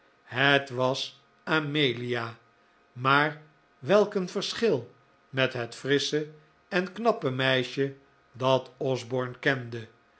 het was amelia maar welk een verschil met het frissche en knappe meisje dat osborne kende